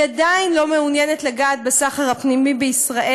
היא עדיין לא מעוניינת לגעת בסחר הפנימי בישראל,